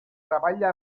treballa